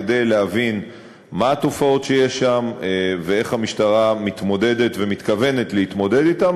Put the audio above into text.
כדי להבין מה התופעות שיש שם ואיך המשטרה מתמודדת ומתכוונת להתמודד אתן.